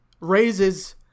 raises